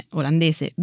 olandese